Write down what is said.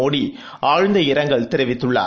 மோடி ஆழ்ந்த இரங்கல் தெரிவித்துள்ளார்